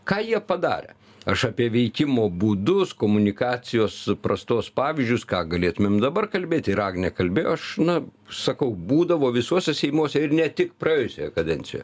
ką jie padarė aš apie veikimo būdus komunikacijos prastos pavyzdžius ką galėtumėm dabar kalbėti ir agnė kalbėjo aš na sakau būdavo visuose seimuose ir ne tik praėjusioje kadencijoje